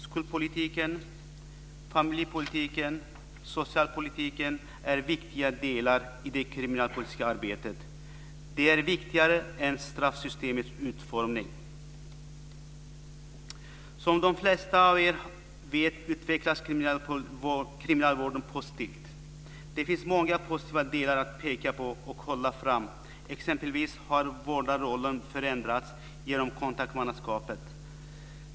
Skolpolitiken, familjepolitiken och socialpolitiken är viktiga delar i det kriminalpolitiska arbetet. De är viktigare än straffsystemets utformning. Som de flesta av er vet utvecklas kriminalvården positivt. Det finns många positiva delar att peka på och hålla fram, exempelvis har vårdarrollen förändrats genom kontaktmannaskapet.